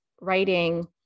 writing